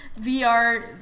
VR